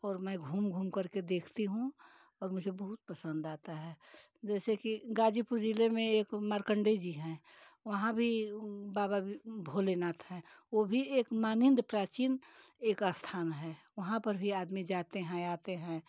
और मैं घूम घूम कर देखती हूँ और मुझे बहुत पसंद आता है जैसे कि गाजीपुर जिले में एक मारकंडी जी हैं वहाँ भी वो बाबा जी बोलेनाथ है वो भी एक मानिंद प्राचीन एक स्थान है वहाँ पर भी आदमी आते है जाते हैं